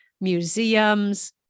museums